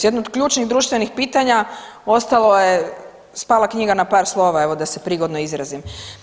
Jedno od ključnih društvenih pitanja ostalo je spala knjiga na par slova, evo da se prigodno izrazim.